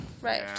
Right